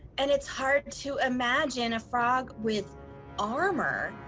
and it's hard to imagine a frog with armor.